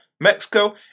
Mexico